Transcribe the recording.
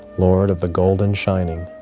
lord of the golden shining.